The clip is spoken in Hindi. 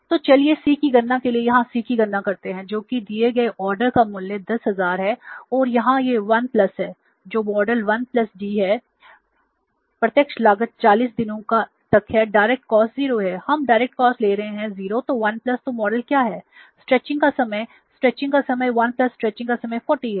तो चलिए C की गणना के लिए यहाँ C की गणना करते हैं जो कि दिए गए ऑर्डर का समय 1 स्ट्रेचिंग का समय 40 है